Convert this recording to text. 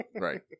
right